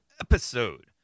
episode